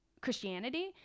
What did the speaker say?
Christianity